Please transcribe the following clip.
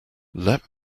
let